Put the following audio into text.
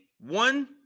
One